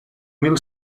mil